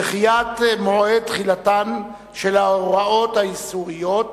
דחיית מועד תחילתן של ההוראות האיסוריות.